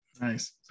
Nice